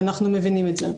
ואנחנו מבינים את זה.